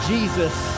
Jesus